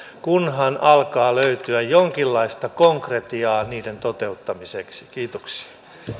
kunhan alkaa löytymään jonkinlaista konkretiaa niiden toteuttamiseksi kiitoksia